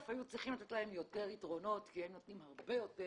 אפילו צריך לתת להם יותר יתרונות כי הם נותנים הרבה יותר